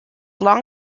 long